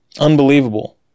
Unbelievable